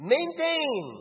Maintain